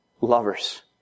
lovers